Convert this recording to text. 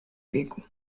biegu